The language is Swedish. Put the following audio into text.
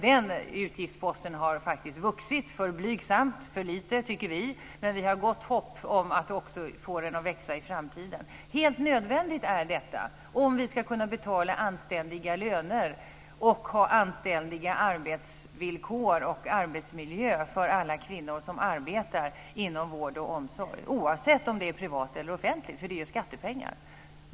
Den utgiftsposten har faktiskt vuxit för blygsamt, för lite, tycker vi. Men vi har gott hopp om att få den att växa också i framtiden. Detta är helt nödvändigt om vi ska kunna betala anständiga löner och ha anständiga arbetsvillkor och arbetsmiljöer för alla kvinnor som arbetar inom vård och omsorg oavsett om det är privat eller offentligt. Det är ju skattepengar.